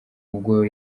ubwo